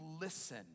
listen